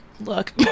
look